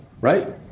right